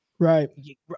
Right